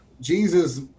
Jesus